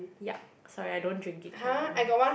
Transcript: yuck sorry I don't drink it so I don't know